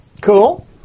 cool